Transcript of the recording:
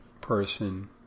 person